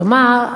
כלומר,